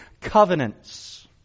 covenants